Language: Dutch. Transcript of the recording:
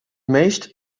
meest